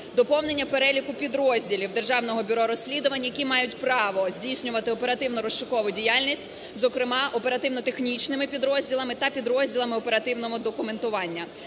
Доповнення переліку підрозділів Державного бюро розслідувань, які мають право здійснювати оперативно-розшукову діяльність, зокрема оперативно-технічними підрозділами та підрозділами оперативного документування.